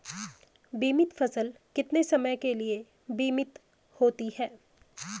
बीमित फसल कितने समय के लिए बीमित होती है?